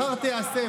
אחר תאסף".